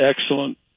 excellent